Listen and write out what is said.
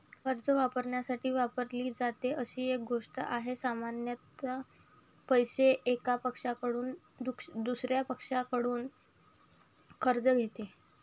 कर्ज वापरण्यासाठी वापरली जाते अशी एक गोष्ट आहे, सामान्यत पैसे, एका पक्षाकडून दुसर्या पक्षाकडून कर्ज घेते